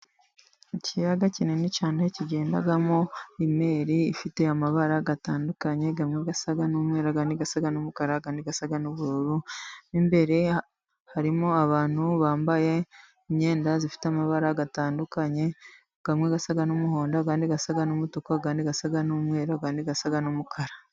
Ikiyaga kinini cyane kigendamo imeri ifite amabara atandukanye amwe asa n'umweru, andi asa n'umukara, andi asa n'ubururu. Mo imbere harimo abantu bambaye imyenda ifite amabara atandukanye, amwe asa n'umuhondo, andi asa n'umutuku, andi asa n'umweru, kandi asa n'umukara.